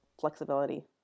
flexibility